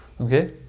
okay